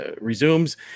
resumes